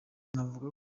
banavuga